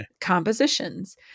compositions